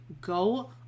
go